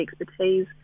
expertise